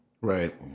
Right